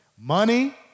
money